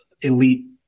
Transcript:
elite